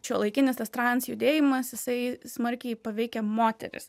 šiuolaikinis tas trans judėjimas jisai smarkiai paveikia moteris